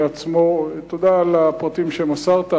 הנתון הזה ויראו אם מותר להמשיך להדפיס את הדבר